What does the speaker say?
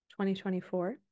2024